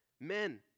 men